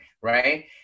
right